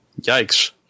Yikes